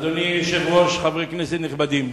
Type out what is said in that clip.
אדוני היושב-ראש, חברי כנסת נכבדים,